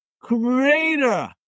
creator